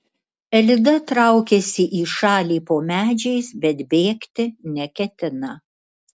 elida traukiasi į šalį po medžiais bet bėgti neketina